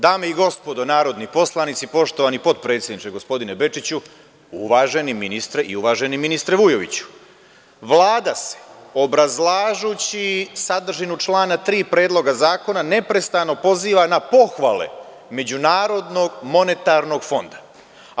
Dame i gospodo narodni poslanici, poštovani potpredsedniče gospodine Bečiću, uvaženi ministre i uvaženi ministre Vujoviću, Vlada se, obrazlažući sadržinu člana 3. Predloga zakona, neprestano poziva na pohvale MMF-a.